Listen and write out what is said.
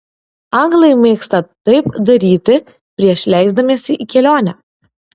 anglai mėgsta taip daryti prieš leisdamiesi į kelionę